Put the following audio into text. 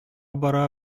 бара